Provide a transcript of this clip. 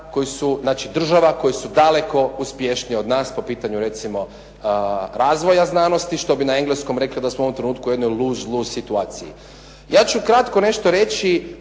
koji su, znači država koje su daleko uspješnije od nas po pitanju recimo razvoja znanosti što bi na engleskom rekli da smo u ovom trenutku u jednoj "lose-lose" situaciji. Ja ću kratko nešto reći